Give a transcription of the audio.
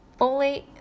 folate